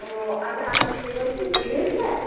ও আচ্ছা আপনি কে বলছেন সিকিউরিটি গার্ড